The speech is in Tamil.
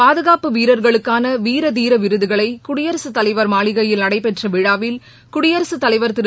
பாதுகாப்பு வீரர்களுக்கான வீர தீர விருதுகளை குடியரகத்தலைவர் மாளிகையில் நடைபெற்ற விழாவில் குடியரசுத் தலைவர் திரு